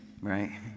right